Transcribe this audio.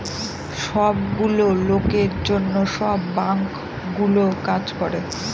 সব গুলো লোকের জন্য সব বাঙ্কগুলো কাজ করে